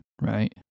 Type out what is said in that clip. right